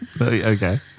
Okay